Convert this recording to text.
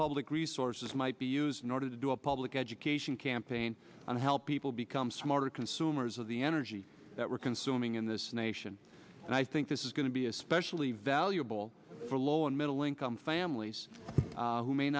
public resources might be used in order to do a public education campaign and help people become smarter consumers of the energy that we're consuming in this nation and i think this is going to be especially valuable for low and middle income families who may